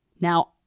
Now